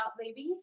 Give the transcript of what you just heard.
babies